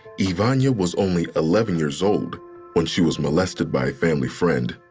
yvonnya was only eleven years old when she was molested by a family friend.